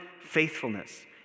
faithfulness